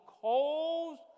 coals